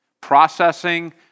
processing